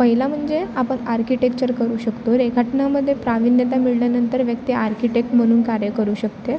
पहिला म्हणजे आपण आर्किटेक्चर करू शकतो रेखाटनामध्ये प्राविण्यता मिळाल्यानंतर व्यक्ती आर्किटेक्ट म्हणून कार्य करू शकते